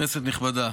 כנסת נכבדה,